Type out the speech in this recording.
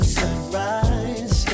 sunrise